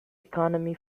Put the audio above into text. economy